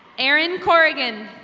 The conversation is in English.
erin corrigan.